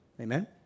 Amen